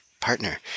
partner